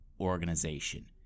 organization